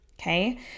okay